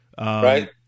Right